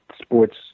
sports